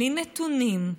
בלי נתונים,